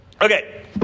Okay